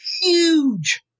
huge